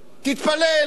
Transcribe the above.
תתפלל.